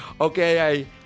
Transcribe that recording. okay